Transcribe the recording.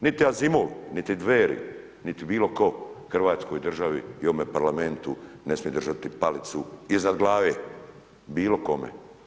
Niti Asimov, niti Dveri, niti bilo tko Hrvatskoj državi ovome Parlamentu, ne smije držati palicu iznad glave, bilo kome.